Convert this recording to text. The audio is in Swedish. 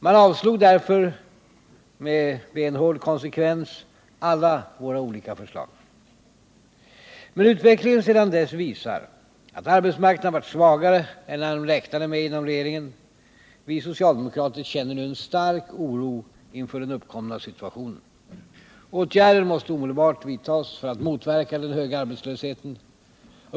Man avslog därför med benhård konsekvens alla våra olika förslag. Men utvecklingen sedan dess visar att arbetsmarknaden varit svagare än vad man räknade med inom regeringen. Vi socialdemokrater känner nu en stark oro inför den uppkomna situationen. Åtgärder måste omedelbart vidtas för att motverka den höga arbetslösheten.